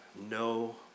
no